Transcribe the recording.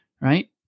right